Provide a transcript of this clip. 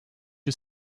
you